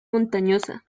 montañosa